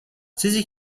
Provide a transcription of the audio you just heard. چیزی